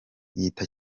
yita